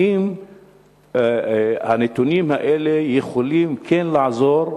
האם הנתונים האלה יכולים לעזור?